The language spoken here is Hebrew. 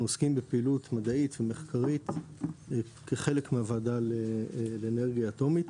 אנחנו עוסקים בפעילות מדעית ומחקרית כחלק מהוועדה לאנרגיה אטומית.